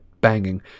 banging